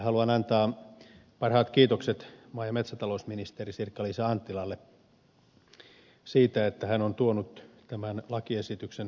haluan antaa parhaat kiitokset maa ja metsätalousministeri sirkka liisa anttilalle siitä että hän on tuonut tämän lakiesityksen nyt eduskuntaan